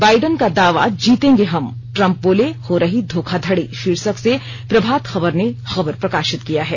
Biden का दावा जीतेंगे हम ट्रंप बोले हो रही धोखाधड़ी शीर्षक से प्रभात खबर ने खबर प्रकाशित किया है